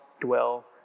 dwell